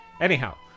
Anyhow